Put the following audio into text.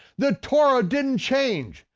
the torah didn't change.